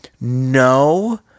no